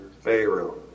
Pharaoh